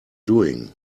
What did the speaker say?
doing